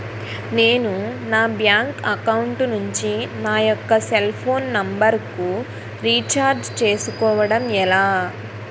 నేను నా bank account నుంచి నా యెక్క సెల్ ఫోన్ నంబర్ కు రీఛార్జ్ చేసుకోవడం ఎలా?